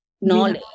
knowledge